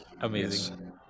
amazing